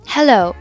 Hello